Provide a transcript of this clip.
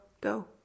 go